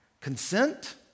Consent